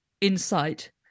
insight